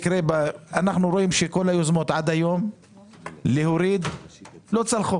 אנחנו רואים שכל היוזמות עד היום להוריד לא צלחו